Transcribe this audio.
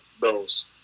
Bills